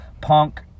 punk